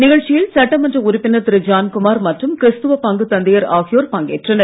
நிகழ்ச்சியில் சட்டமன்ற உறுப்பினர் திரு ஜான்குமார் மற்றும் கிறிஸ்துவ பங்கு தந்தையர் ஆகியோர் பங்கேற்றனர்